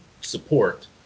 support